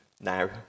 now